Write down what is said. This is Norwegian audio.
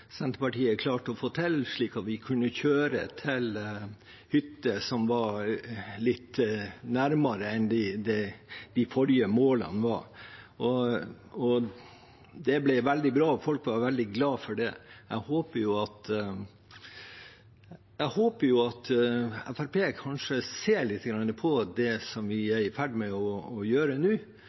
Senterpartiet klarte å få det til slik at vi selv kunne kjøre til hytter som var litt nærmere, en endring på de forrige målene. Det ble veldig bra, og folk var veldig glad for det. Jeg håper at Fremskrittspartiet kanskje ser på det som vi er i ferd med å gjøre nå,